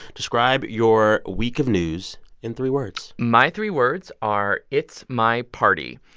describe your week of news in three words my three words are, it's my party.